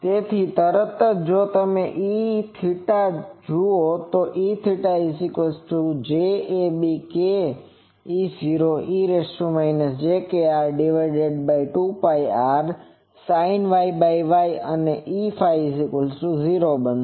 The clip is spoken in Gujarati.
તેથી તરત જ જો તમે Eθ જુઓ તો Eθj ab k E0 e j kr 2 πrsinYY અને Eφ 0 બનશે